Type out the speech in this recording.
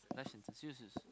life sentence serious serious